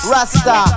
Rasta